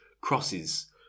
crosses